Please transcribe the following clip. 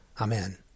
Amen